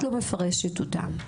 את לא מפרשת אותם,